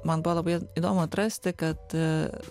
man buvo labai įdomu atrasti kad